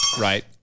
Right